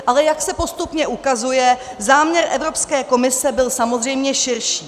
Ale jak se postupně ukazuje, záměr Evropské komise byl samozřejmě širší.